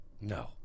no